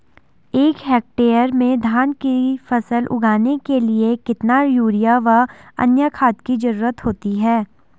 एक हेक्टेयर में धान की फसल उगाने के लिए कितना यूरिया व अन्य खाद की जरूरत होती है?